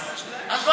תגיד לי,